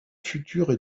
futures